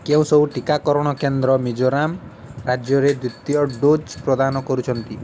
କେଉଁ ସବୁ ଟିକାକରଣ କେନ୍ଦ୍ର ମିଜୋରାମ୍ ରାଜ୍ୟରେ ଦ୍ୱିତୀୟ ଡୋଜ୍ ପ୍ରଦାନ କରୁଛନ୍ତି